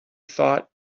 thought